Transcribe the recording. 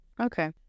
Okay